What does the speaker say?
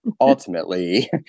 Ultimately